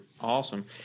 Awesome